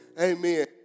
Amen